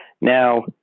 Now